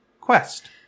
Quest